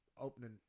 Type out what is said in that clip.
opening